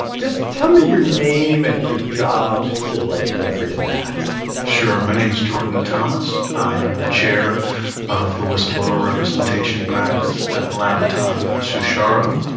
just tell me your name and your job so i don't forget that sure. my name's jordan thomas. i am the chair of the whistleblower representation practice at labaton sucharow.